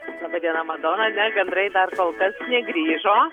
laba diena madona ne gandrai dar kol kas negrįžo